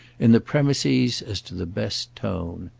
in the premises, as to the best tone.